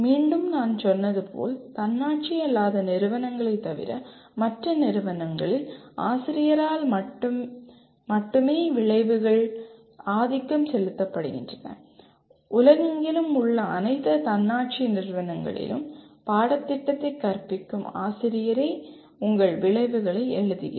மீண்டும் நான் சொன்னது போல் தன்னாட்சி அல்லாத நிறுவனங்களைத் தவிர மற்ற நிறுவனங்களில் ஆசிரியரால் மட்டுமே விளைவுகள் ஆதிக்கம் செலுத்தப்படுகின்றன உலகெங்கிலும் உள்ள அனைத்து தன்னாட்சி நிறுவனங்களிலும் பாடத்திட்டத்தை கற்பிக்கும் ஆசிரியரே உங்கள் விளைவுகளை எழுதுகிறார்